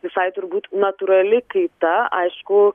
visai turbūt natūrali kaita aišku